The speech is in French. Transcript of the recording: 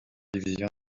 divisions